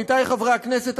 עמיתי חברי הכנסת,